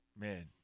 man